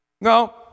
No